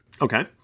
Okay